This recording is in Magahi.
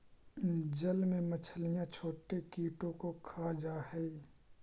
जल में मछलियां छोटे कीटों को खा जा हई